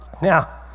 Now